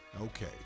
Okay